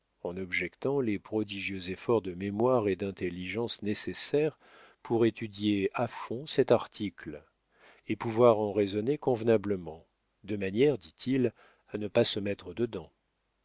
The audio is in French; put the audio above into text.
en objectant les prodigieux efforts de mémoire et d'intelligence nécessaires pour étudier à fond cet article et pouvoir en raisonner convenablement de manière dit il à ne pas se mettre dedans